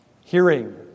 Hearing